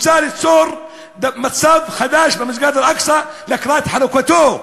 רוצה ליצור מצב חדש במסגד אל-אקצא לקראת חלוקתו,